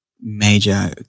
major